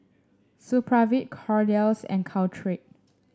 Supravit Kordel's and Caltrate